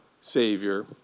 Savior